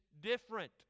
different